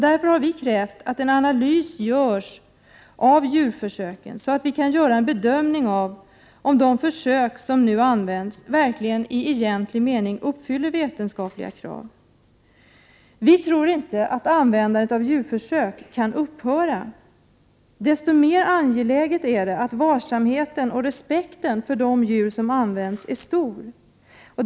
Därför har vi krävt att en analys görs av djurförsöken, så att vi kan göra en bedömning av om de försök som nu görs i egentlig mening uppfyller vetenskapliga krav. Vi tror inte att användandet av djurförsök kan upphöra. Desto mer angeläget är det att varsamheten och respekten för de djur som används är stor.